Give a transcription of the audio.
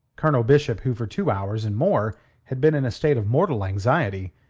colonel bishop, who for two hours and more had been in a state of mortal anxiety,